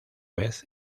vez